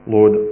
Lord